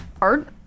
art